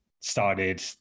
started